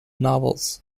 novels